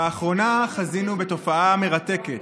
באחרונה חזינו בתופעה מרתקת,